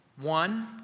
One